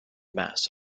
mass